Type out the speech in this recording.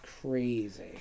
crazy